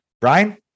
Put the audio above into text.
Brian